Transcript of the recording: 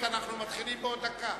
אנחנו מתחילים בעוד דקה.